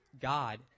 God